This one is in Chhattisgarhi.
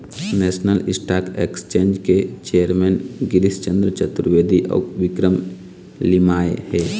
नेशनल स्टॉक एक्सचेंज के चेयरमेन गिरीस चंद्र चतुर्वेदी अउ विक्रम लिमाय हे